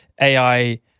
AI